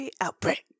outbreak